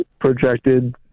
projected